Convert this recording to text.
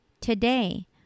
Today